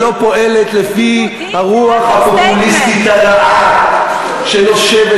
שלא פועלת לפי הרוח הפופוליסטית הרעה שנושבת